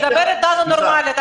דבר איתנו נורמלית.